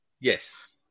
Yes